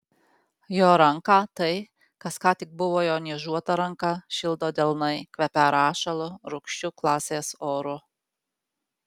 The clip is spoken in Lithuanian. jo ranką tai kas ką tik buvo jo niežuota ranka šildo delnai kvepią rašalu rūgščiu klasės oru